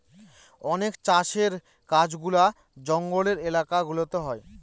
অনেক চাষের কাজগুলা জঙ্গলের এলাকা গুলাতে হয়